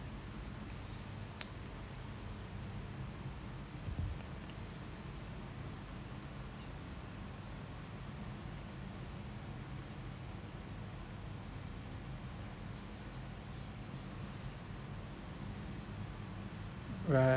right